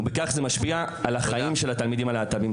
ובכך זה משפיע על החיים של התלמידים הלהט"בים.